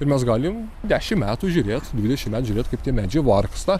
ir mes galim dešim metų žiūrėt dvidešim metų žiūrėt kaip tie medžiai vargsta